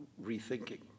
rethinking